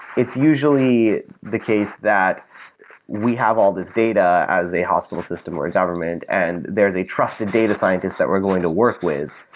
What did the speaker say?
it's usually the case that we have all these data as a hospital system or a government and there they trust the data scientists that we're going to work with.